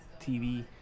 TV